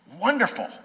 wonderful